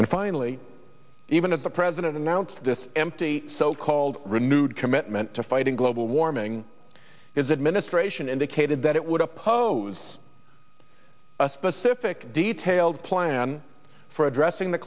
and finally even at the president announced this empty so called renewed commitment to fighting global warming is administration indicated that it would oppose a specific detailed plan for addressing the